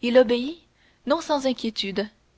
il obéit non sans inquiétude